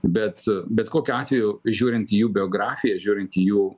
bet bet kokiu atveju žiūrint į jų biografiją žiūrint į jų